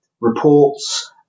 reports